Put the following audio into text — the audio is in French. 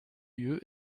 lieu